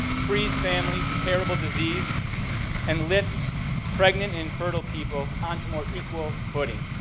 frees family from terrible disease and lifts pregnant infertile people onto more equal footing,